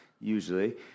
usually